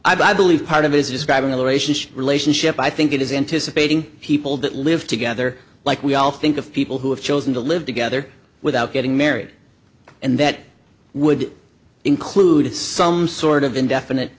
i believe part of it is describing a liberation relationship i think it is anticipating people that live together like we all think of people who have chosen to live together without getting married and that would include some sort of indefinite